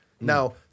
Now